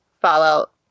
Fallout